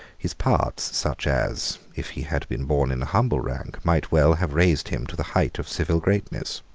his parts such as, if he had been born in a humble rank, might well have raised him to the height of civil greatness.